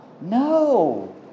No